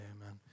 Amen